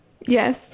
Yes